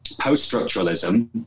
Post-structuralism